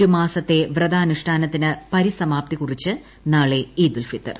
ഒരു മാസത്തെ വ്രതാനുഷ്ടാനത്തിന് പരിസമാപ്തികുറിച്ച് നാളെ ഈദ് ഉൽ ഫിത്തർ